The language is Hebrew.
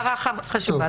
הבהרה חשובה.